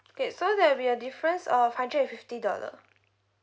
K so there'll be a difference of hundred and fifty dollar